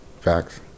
Facts